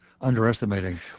underestimating